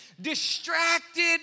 Distracted